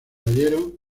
cayeron